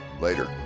Later